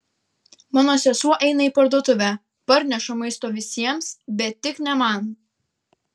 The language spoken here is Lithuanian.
mano sesuo eina į parduotuvę parneša maisto visiems bet tik ne man